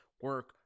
Work